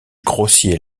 grossier